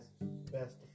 best